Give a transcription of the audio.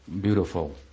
beautiful